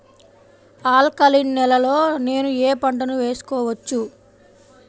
Alkaline నేలలో నేనూ ఏ పంటను వేసుకోవచ్చు?